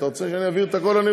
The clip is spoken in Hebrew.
אתה רוצה שאני אעביר את הכול?